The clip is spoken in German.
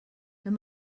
wenn